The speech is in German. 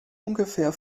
ungefähr